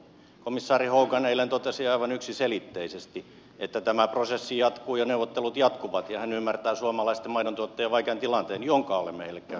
komissaari hogan eilen totesi aivan yksiselitteisesti että tämä prosessi jatkuu ja neuvottelut jatkuvat ja hän ymmärtää suomalaisten maidontuottajien vaikean tilanteen jonka olemme heille käyneet kertomassa